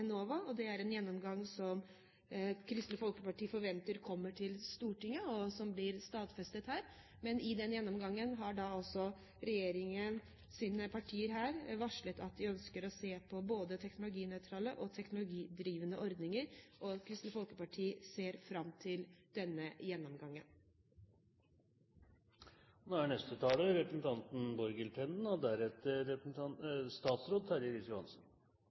Enova. Det er en gjennomgang som Kristelig Folkeparti forventer kommer til Stortinget, og som blir stadfestet her. Men i forbindelse med den gjennomgangen har altså regjeringspartiene her varslet at de ønsker å se på både teknologinøytrale og teknologidrivende ordninger. Kristelig Folkeparti ser fram til denne gjennomgangen. Jeg vil bare si litt kort om Enova, siden flere har vært inne på det. Venstre er